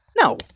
No